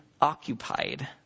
occupied